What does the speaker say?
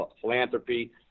philanthropy